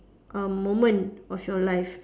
a moment of your life